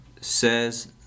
says